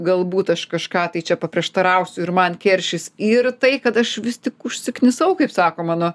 galbūt aš kažką tai čia paprieštarausiu ir man keršys ir tai kad aš vis tik užsiknisau kaip sako mano